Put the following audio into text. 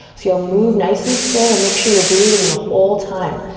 so you'll move nice and slow and make sure you're breathing the whole time.